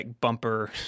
bumper